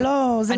זה לא יפה.